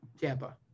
Tampa